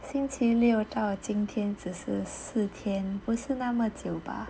星期六到今天只是四天不是那么久吧